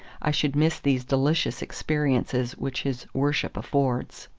i should miss these delicious experiences which his worship affords.